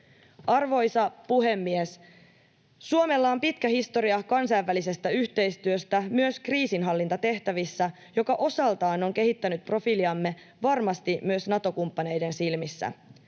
Arvoisa puhemies! Suomella on pitkä historia kansainvälisestä yhteistyöstä myös kriisinhallintatehtävissä, mikä osaltaan on kehittänyt profiiliamme varmasti myös Nato-kumppaneiden silmissä.